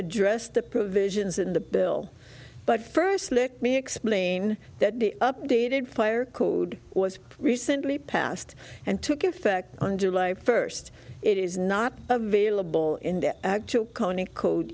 address the provisions in the bill but first let me explain that the updated fire code was recently passed and took effect on july first it is not available in the conic code